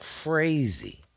crazy